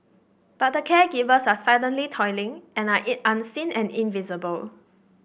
but the caregivers are silently toiling and are unseen and invisible